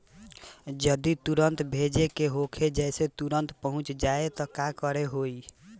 जदि तुरन्त भेजे के होखे जैसे तुरंत पहुँच जाए त का करे के होई?